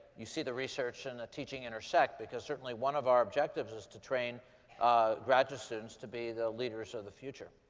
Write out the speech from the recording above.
you see the research and the teaching intersect. because certainly one of our objectives is to train graduate students to be the leaders of the future.